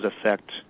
affect